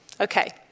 Okay